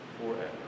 forever